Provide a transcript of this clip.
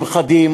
הם חדים,